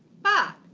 but,